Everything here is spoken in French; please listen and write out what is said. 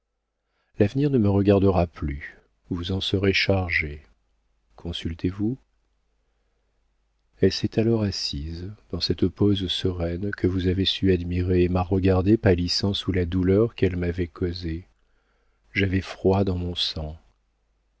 l'avenir ne me regardera plus vous en serez chargé consultez vous elle s'est alors assise dans cette pose sereine que vous avez su admirer et m'a regardé pâlissant sous la douleur qu'elle m'avait causée j'avais froid dans mon sang